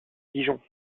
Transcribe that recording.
dijon